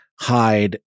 hide